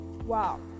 wow